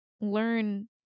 learn